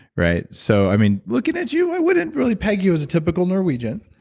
right? so, i mean, looking at you, i wouldn't really peg you as a typical norwegian